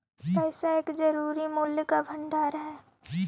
पैसा एक जरूरी मूल्य का भंडार हई